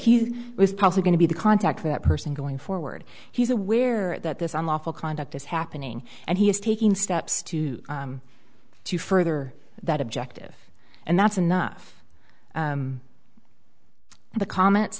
he was probably going to be the contact with that person going forward he's aware that this unlawful conduct is happening and he is taking steps to to further that objective and that's enough of the com